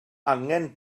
angen